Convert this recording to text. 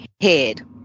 head